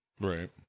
Right